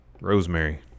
Rosemary